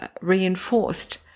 reinforced